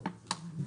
הוא שמע